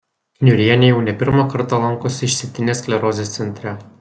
kniurienė jau ne pirmą kartą lankosi išsėtinės sklerozės centre